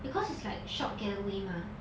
because it's like short get away mah